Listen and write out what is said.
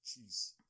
Jeez